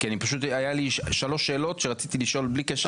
כי פשוט היו לי שלוש שאלות שרציתי לשאול בלי קשר,